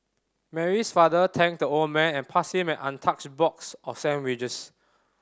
Mary's father thanked the old man and passed him an untouched box of sandwiches